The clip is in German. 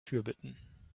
fürbitten